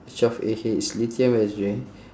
twelve A_H lithium battery